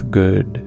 good